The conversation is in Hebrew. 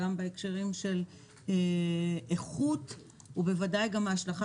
גם בהקשרים של איכות ובוודאי גם ההשלכה